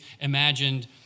imagined